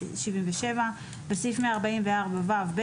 בסעיף 144ו(ב),